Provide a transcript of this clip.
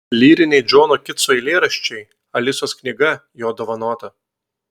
lyriniai džono kitso eilėraščiai alisos knyga jo dovanota